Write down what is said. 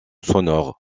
sonores